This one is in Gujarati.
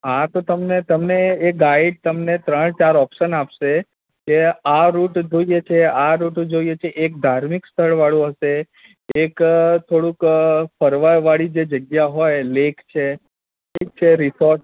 હા તો તમને તમને એ ગાઈડ તમને ત્રણ ચાર ઓપ્સન આપશે એ આ રુટ જોઈએ છે આ રુટ જોઈએ છે એક ધાર્મિક સ્થળવાળું હશે એક થોડુંક ફરવાવાળી જે જગ્યા હોય લેક છે લેક છે રિસોર્ટ